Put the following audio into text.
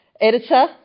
editor